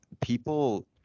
people